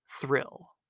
thrill